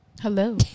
Hello